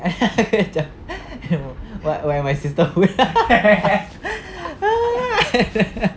macam what where my sisterhood